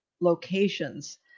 locations